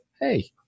hey